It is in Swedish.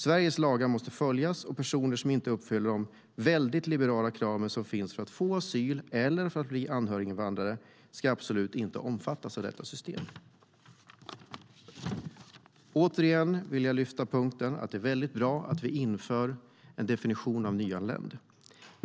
Sveriges lagar måste följas, och personer som inte uppfyller de väldigt liberala krav som finns för att få asyl eller bli anhöriginvandrare ska absolut inte omfattas av detta system. Återigen vill jag lyfta fram punkten att det är bra att vi inför en definition av nyanländ.